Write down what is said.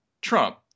Trump